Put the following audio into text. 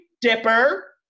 dipper